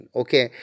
okay